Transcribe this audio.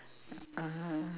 uh